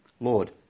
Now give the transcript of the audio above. Lord